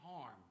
harm